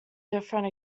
different